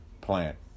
plant